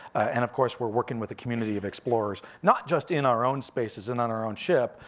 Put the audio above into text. and of course, we're working with a community of explorers, not just in our own spaces and on our own ship,